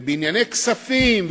ובענייני כספים,